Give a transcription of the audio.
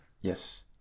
Yes